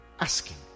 ...asking